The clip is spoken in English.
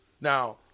Now